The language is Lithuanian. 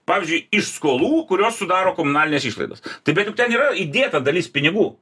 pavyzdžiui iš skolų kurios sudaro komunalines išlaidas tai bet juk ten yra įdėta dalis pinigų